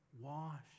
Wash